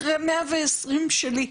אחרי 120 שנים שלי.